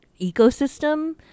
ecosystem